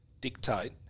dictate